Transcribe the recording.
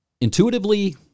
Intuitively